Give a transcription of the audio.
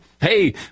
Hey